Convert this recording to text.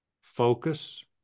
focus